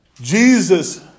Jesus